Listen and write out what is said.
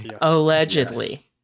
allegedly